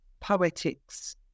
poetics